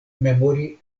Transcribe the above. memori